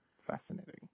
Fascinating